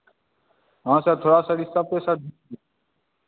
हाँ सर थोड़ा सा दिक्कत हुई सर